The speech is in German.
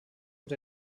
und